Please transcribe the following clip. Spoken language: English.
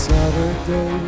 Saturday